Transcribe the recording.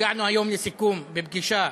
הגענו היום לסיכום בפגישה